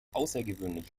außergewöhnlich